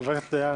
חבר הכנסת דיין,